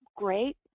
Great